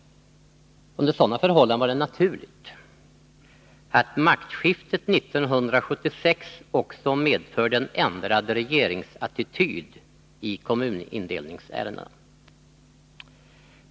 Under sådana förhållanden var det naturligt att maktskiftet 1976 också medförde en ändring av regeringsattityden i kommunindelningsärendena.